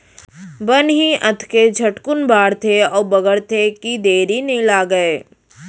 बन ही अतके झटकुन बाढ़थे अउ बगरथे कि देरी नइ लागय